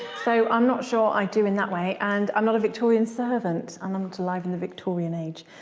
so i'm not sure i do in that way. and i'm not a victorian servant and i'm not alive in the victorian age.